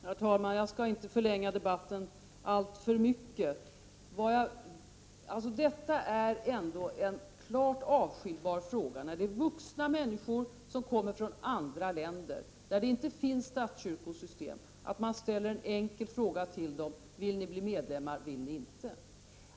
Herr talman! Jag skall inte förlänga debatten alltför mycket. Detta är ändå klart avskiljbart, att man ställer en enkel fråga till vuxna människor som kommer från andra länder där det inte finns statskyrkosystem: Vill ni bli medlemmar i svenska kyrkan eller inte?